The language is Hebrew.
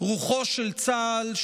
רוחו של צה"ל,